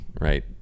right